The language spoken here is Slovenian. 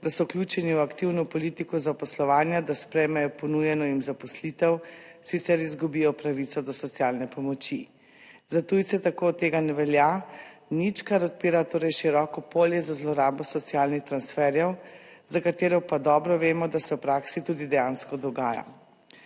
da so vključeni v aktivno politiko zaposlovanja, da sprejmejo ponujeno jim **41. TRAK: (SC) – 16.20** (nadaljevanje) zaposlitev, sicer izgubijo pravico do socialne pomoči. Za tujce tako tega ne velja nič, kar odpira torej široko polje za zlorabo socialnih transferjev, za katero pa dobro vemo, da se v praksi tudi dejansko dogaja,